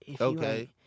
Okay